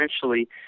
essentially